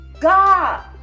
God